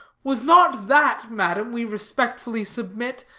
was not that, madam, we respectfully submit,